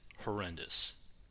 horrendous